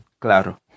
claro